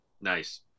nice